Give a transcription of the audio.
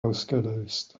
ausgelöst